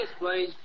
please